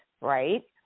right